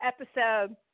episode